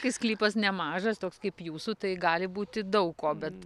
kai sklypas nemažas toks kaip jūsų tai gali būti daug ko bet